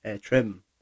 trim